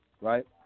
right